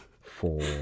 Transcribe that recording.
four